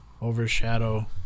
overshadow